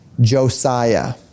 Josiah